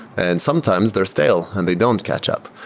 and sometimes they're stale and they don't catch up.